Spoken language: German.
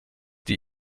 die